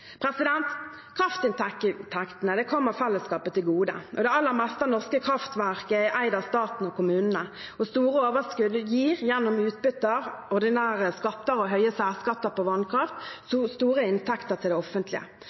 kommer fellesskapet til gode. Det aller meste av norske kraftverk er eid av staten og kommunene. Store overskudd gir – gjennom utbytter, ordinære skatter og høye særskatter på vannkraft – store inntekter til det offentlige.